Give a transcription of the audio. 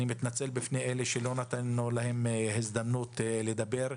אני מתנצל בפני אלה שלא נתנו להם הזדמנות לדבר.